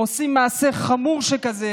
העושים מעשה חמור שכזה